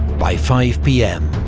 by five pm,